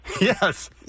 Yes